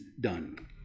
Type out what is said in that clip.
done